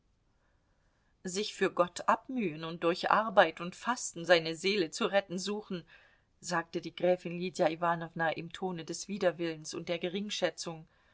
sich für gott abmühen und durch arbeit und fasten seine seele zu retten suchen sagte die gräfin lydia iwanowna im tone des widerwillens und der geringschätzung